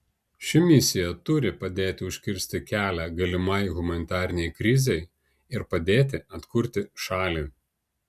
ši misija turi padėti užkirsti kelią galimai humanitarinei krizei ir padėti atkurti šalį